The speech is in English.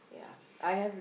yeah I have